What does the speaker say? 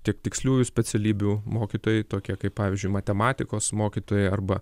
tiek tiksliųjų specialybių mokytojai tokie kaip pavyzdžiui matematikos mokytoja arba